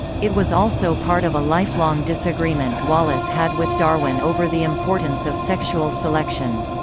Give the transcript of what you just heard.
it was also part of a lifelong disagreement wallace had with darwin over the importance of sexual selection.